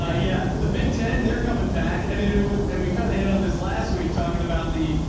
ah yeah. the big ten they're coming back. and it was, and we kind of hit on this last week talking about the,